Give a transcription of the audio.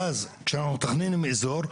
ואז כשאנחנו מתכננים אזור,